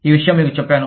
ఈ విషయం మీకు చెప్పాను